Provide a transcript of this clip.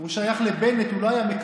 הוא שייך לבנט, הוא לא היה מקבל.